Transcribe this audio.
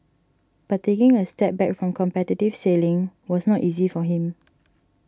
but in a step back from competitive sailing was not easy for him